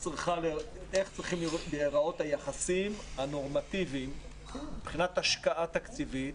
צריכים להיראות היחסים הנורמטיביים מבחינת השקעה תקציבית